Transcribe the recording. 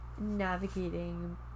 navigating